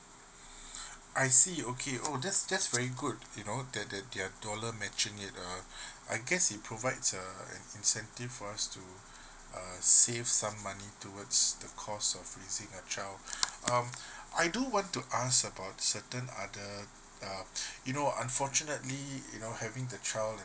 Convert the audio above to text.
I see okay oh that's that's very good you know that that they are dollar matching it ah I guess it provides the incentive for us to uh save some money towards the cost of raising a child um I do want to ask about jcertain other um you know unfortunately you know having the child